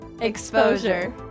Exposure